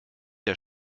der